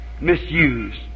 misused